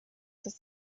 das